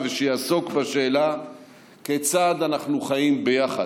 ושיעסוק בשאלה כיצד אנחנו חיים ביחד.